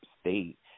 state